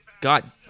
God